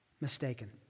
mistaken